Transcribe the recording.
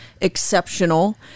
exceptional